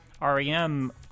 REM